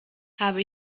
habe